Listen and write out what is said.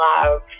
love